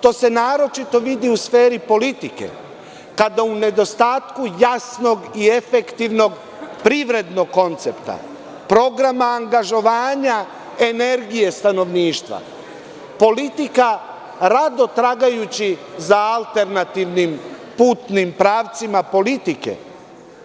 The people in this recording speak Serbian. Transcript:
To se naročito vidi u sferi politike, kada u nedostatku jasnog i efektivnog privrednog koncepta, programa angažovanja energije stanovništva, politika rado tragajući za alternativnim putnim pravcima politike